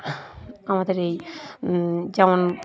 আমাদের এই যেমন